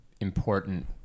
important